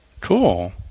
Cool